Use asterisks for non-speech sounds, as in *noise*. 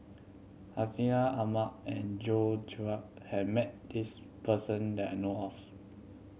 Hartinah Ahmad and George *unintelligible* has met this person that I know of